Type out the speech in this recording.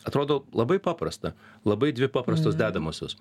atrodo labai paprasta labai dvi paprastos dedamosios